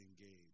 engage